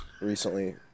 recently